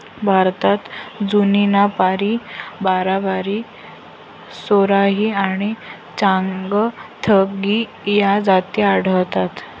भारतात जमुनापारी, बारबारी, सिरोही आणि चांगथगी या जाती आढळतात